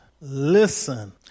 listen